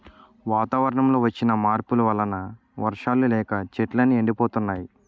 వాతావరణంలో వచ్చిన మార్పుల వలన వర్షాలు లేక చెట్లు అన్నీ ఎండిపోతున్నాయి